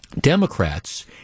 Democrats